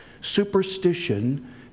superstition